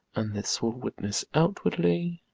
and this will witness outwardly,